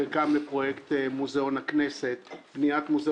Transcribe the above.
חלקם לבניית מוזיאון הכנסת,